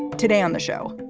today on the show,